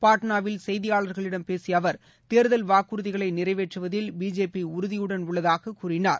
பாட்னாவில் செய்தியாளர்களிடம் பேசிய அவர் தேர்தல் வாக்குறுதிகளை நிறைவேற்றுவதில் பிஜேபி உறுதியுடன் உள்ளதாக கூறினார்